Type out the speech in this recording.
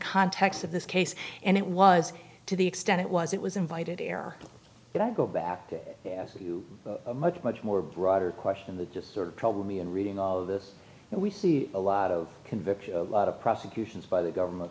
context of this case and it was to the extent it was it was invited error but i go back to ask you a much much more broader question the just sort of problem me in reading all of this and we see a lot of conviction a lot of prosecutions by the government